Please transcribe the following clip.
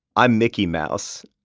i'm mickey mouse.